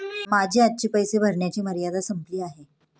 माझी आजची पैसे भरण्याची मर्यादा संपली आहे